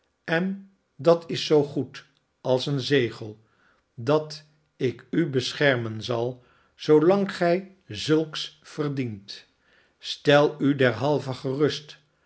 en dat is zoo goed als mijn zegel dat ik u beschermen zal zoolang gij zulks verdient stel u derhalve gerust